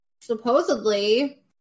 supposedly